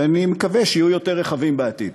ואני מקווה שיהיו יותר רחבים בעתיד.